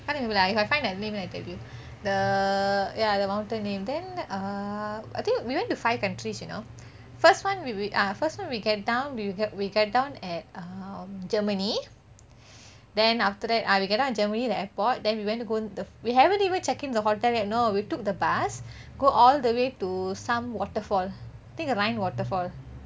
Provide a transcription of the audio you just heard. if I find that name I tell you err the ya the mountain name then err I think we went to five countries you know first one we we ah first one we get down we get down at um germany then after that ah we get down at germany the airport then we went to go we haven't even check in the hotel you know we took the bus go all the way to some waterfall I think rhine waterfall